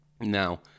Now